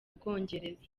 bwongereza